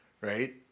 right